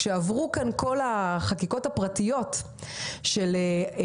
כשעברו כאן כל החקיקות הפרטיות שבאו